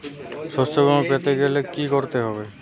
শষ্যবীমা পেতে গেলে কি করতে হবে?